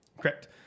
Correct